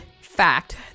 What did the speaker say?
fact